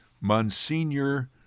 Monsignor